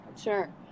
Sure